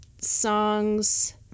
songs